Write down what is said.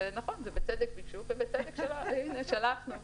ובצדק ביקשו ובצדק שלחנו.